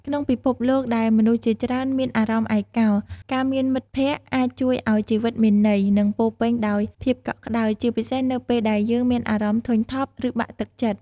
ក្នុងពិភពលោកដែលមនុស្សជាច្រើនមានអារម្មណ៍ឯកោ ការមានមិត្តភក្តិអាចជួយឱ្យជីវិតមានន័យ និងពោរពេញដោយភាពកក់ក្តៅ ជាពិសេសនៅពេលដែលយើងមានអារម្មណ៍ធុញថប់ ឬបាក់ទឹកចិត្ត។